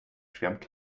schwärmt